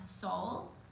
soul